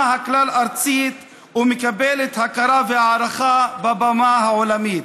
הכלל-ארצית ומקבלת הכרה והערכה בבמה העולמית.